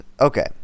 okay